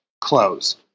close